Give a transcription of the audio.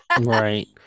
Right